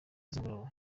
z’umugoroba